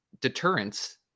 deterrence